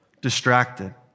distracted